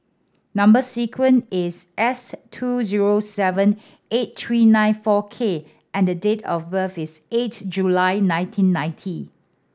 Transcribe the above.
number sequence is S two zero seven eight three nine four K and the date of birth is eight July nineteen ninety